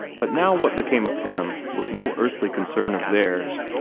but now what became of him was no earthly concern of theirs.